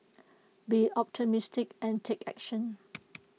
be optimistic and take action